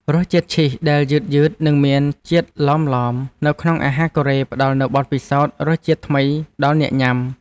រសជាតិឈីសដែលយឺតៗនិងមានជាតិឡមៗនៅក្នុងអាហារកូរ៉េផ្តល់នូវបទពិសោធន៍រសជាតិថ្មីដល់អ្នកញ៉ាំ។